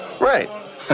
Right